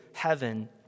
Heaven